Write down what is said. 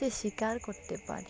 সে শিকার করতে পারে